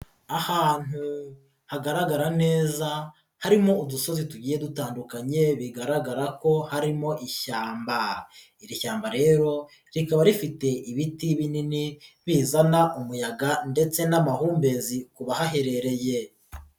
Ahantu hagaragara neza harimo udusozi tugiye dutandukanye bigaragara ko harimo ishyamba, iri shyamba rero rikaba rifite ibiti binini bizana umuyaga ndetse n'amahumbezi ku bahaherereye.